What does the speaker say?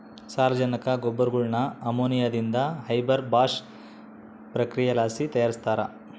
ಸಾರಜನಕ ಗೊಬ್ಬರಗುಳ್ನ ಅಮೋನಿಯಾದಿಂದ ಹೇಬರ್ ಬಾಷ್ ಪ್ರಕ್ರಿಯೆಲಾಸಿ ತಯಾರಿಸ್ತಾರ